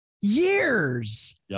years